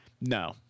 no